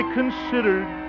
considered